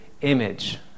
image